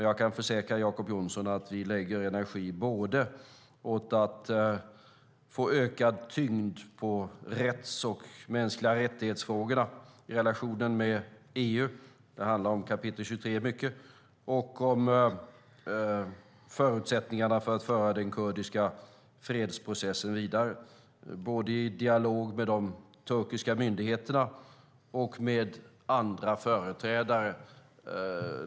Jag kan försäkra Jacob Johnson om att vi lägger energi både på att få ökad tyngd åt rättsfrågorna och frågorna om mänskliga rättigheter i relationen med EU - det handlar mycket om kapitel 23 - och på förutsättningarna för att föra den kurdiska fredsprocessen vidare både i dialog med de turkiska myndigheterna och med andra företrädare.